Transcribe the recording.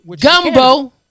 Gumbo